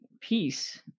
peace